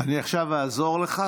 עכשיו אני אעזור לך,